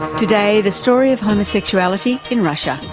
today, the story of homosexuality in russia.